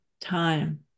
time